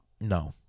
No